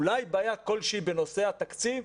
אולי בעיה כלשהי בנושא התקציב.